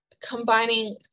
combining